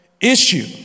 issue